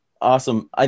Awesome